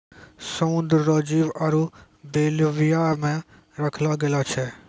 समुद्र रो जीव आरु बेल्विया मे रखलो गेलो छै